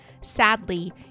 Sadly